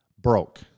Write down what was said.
broke